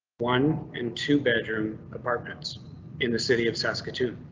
one and two bedroom apartments in the city of saskatoon.